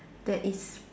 that is